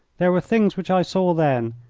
there were things which i saw then,